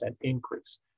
increase